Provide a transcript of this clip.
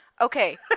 Okay